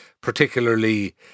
particularly